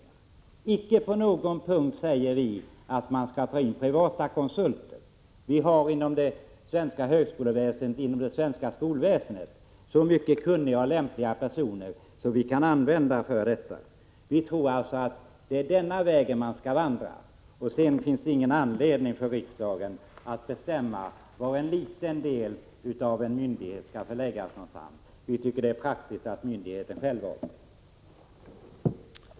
Vi säger icke på någon punkt att man skall ta in privata konsulter. Det finns inom det svenska högskoleväsendet och skolväsendet tillräckligt många kunniga och lämpliga personer för detta ändamål. Vi tror alltså att det är den vägen man skall vandra. Det finns ingen anledning för riksdagen att bestämma var en liten del av en myndighet skall förläggas någonstans. Vi tycker att det är praktiskt att myndigheten själv avgör detta.